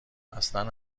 اصلن